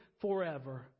forever